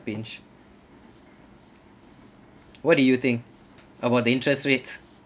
pinch what do you think about the interest rates